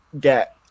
get